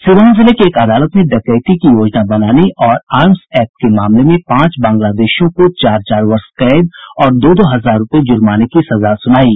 सीवान जिले की एक अदालत ने डकैती की योजना बनाने और आर्म्स एक्ट के मामले में पांच बांग्लादेशियों को चार चार वर्ष कैद और दो दो हजार रूपये जुर्माने की सजा सुनायी